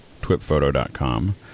twipphoto.com